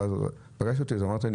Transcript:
ואז פגשת אותי ואמרת לי,